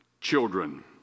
children